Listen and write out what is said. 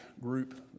group